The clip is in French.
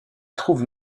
trouve